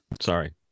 sorry